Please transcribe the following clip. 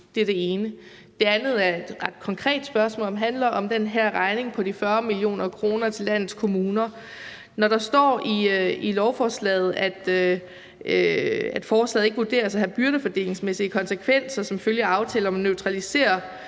Det andet er et ret konkret spørgsmål, som handler om den her regning på 40 mio. kr. til landets kommuner. Når der står i lovforslaget, at forslaget ikke vurderes at have byrdefordelingsmæssige konsekvenser som følge af aftalen om at neutralisere